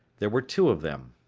there were two of them.